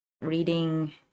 reading